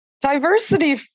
Diversity